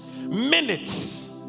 minutes